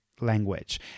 language